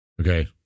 Okay